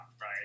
right